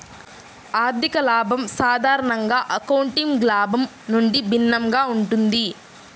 ఆర్థిక లాభం సాధారణంగా అకౌంటింగ్ లాభం నుండి భిన్నంగా ఉంటుంది